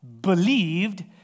believed